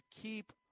keep